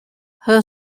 her